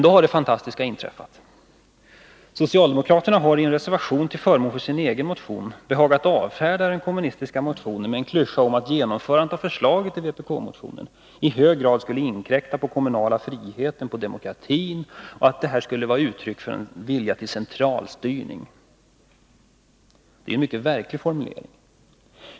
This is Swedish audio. Då har det fantastiska inträffat att socialdemokraterna i en reservation till förmån för sin egen motion behagat avfärda den kommunistiska motionen med en klyscha om att genomförandet av förslaget i vpk-motionen i hög grad skulle inkräkta på den kommunala friheten och på demokratin och att vpk:s förslag skulle vara uttryck för en vilja till centralstyrning. Det är en mycket märklig formulering.